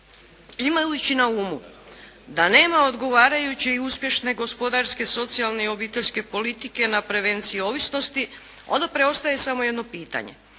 Imajući na umu da nema odgovarajuće i uspješne gospodarske, socijalne i obiteljske politike na prevenciji ovisnosti, onda preostaje samo jedno pitanje.